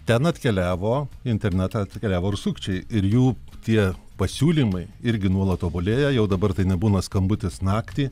ten atkeliavo internetą atkeliavo ir sukčiai ir jų tie pasiūlymai irgi nuolat tobulėja jau dabar tai nebūna skambutis naktį